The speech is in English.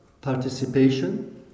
participation